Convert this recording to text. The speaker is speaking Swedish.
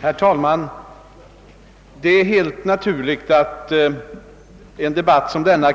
Herr talman! Det är helt naturligt att en debatt som denna